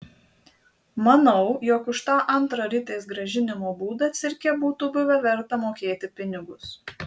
manau jog už tą antrą ritės grąžinimo būdą cirke būtų buvę verta mokėti pinigus